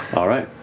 all right.